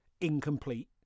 incomplete